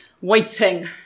Waiting